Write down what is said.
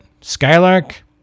Skylark